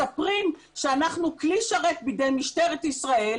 מספרים שאנחנו כלי שרת בידי משטרת ישראל,